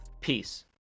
peace